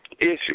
issue